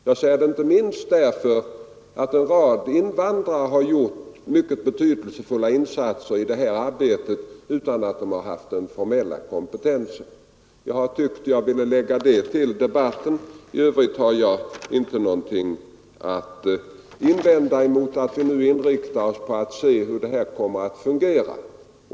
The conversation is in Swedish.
Jag säger det inte minst därför att en rad invandrare har gjort mycket betydelsefulla insatser i detta arbete utan att ha haft den formella kompetensen. Jag har velat göra detta tillägg till debatten. I övrigt har jag ingenting att invända mot att vi nu inriktar oss på att avvakta hur verksamheten kommer att fungera.